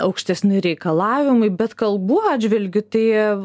aukštesni reikalavimai bet kalbų atžvilgiu tai